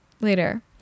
later